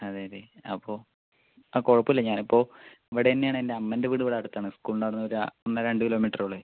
അതെയല്ലേ അപ്പോൾ ആ കുഴപ്പമില്ല ഞാനിപ്പോൾ ഇവിടെ തന്നെയാണ് എൻ്റെ അമ്മേൻ്റെ വീടിവിടെ അടുത്താണ് സ്കൂളിൻ്റെ അവിടെ നിന്ന് ഒരു ആ ഒന്നര രണ്ടു കിലോമീറ്ററെ ഉള്ളു